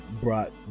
brought